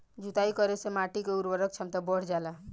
जुताई करे से माटी के उर्वरक क्षमता बढ़ जाला